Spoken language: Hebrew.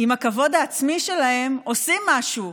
עם הכבוד העצמי שלהם, עושים משהו,